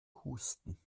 husten